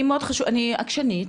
כן, אני עקשנית,